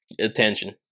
attention